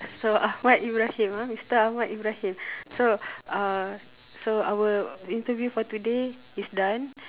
so ahmad-ibrahim ah mister ahmad-ibrahim so our interview for today is done